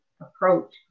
approach